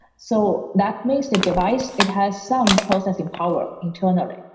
so that means the device, it has some processing power internally,